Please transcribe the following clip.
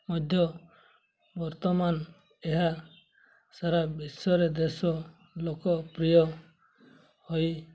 ମଧ୍ୟ ବର୍ତ୍ତମାନ ଏହା ସାରା ବିଶ୍ୱରେ ଦେଶ ଲୋକପ୍ରିୟ ହୋଇ